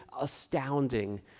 astounding